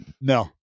No